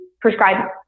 prescribe